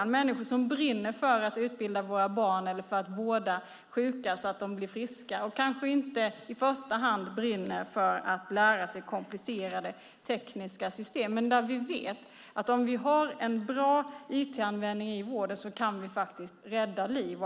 Det är människor som brinner för att utbilda barn eller vårda våra sjuka så att de blir friska. De kanske inte i första hand brinner för att lära sig komplicerade tekniska system. Men vi vet att om vi har en bra IT-användning i vården kan vi rädda liv.